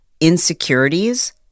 insecurities